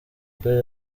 kuri